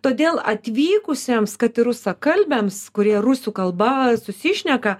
todėl atvykusiems kad ir rusakalbiams kurie rusų kalba susišneka